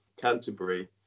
Canterbury